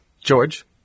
George